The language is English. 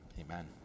Amen